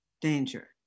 danger